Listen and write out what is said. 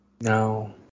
no